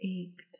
ached